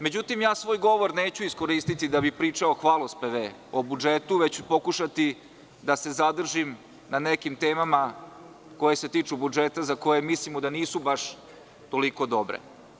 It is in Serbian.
Međutim, svoj govor neću iskoristiti da bih pričao hvalospeve o budžetu, već ću pokušati da se zadržim na nekim temama koje se tiču budžeta za koje mislimo da nisu baš toliko dobre.